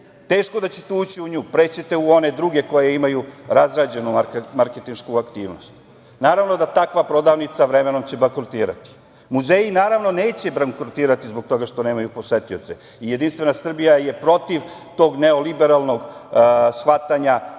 teško da ćete ući u nju. Pre ćete u one druge koje imaju razrađenu marketinšku aktivnost. Naravno da će takva porodica vremenom bankrotirati. Muzeji, naravno, neće bankrotirati zbog toga što nemaju posetioce i JS je protiv tog neoliberalnog shvatanja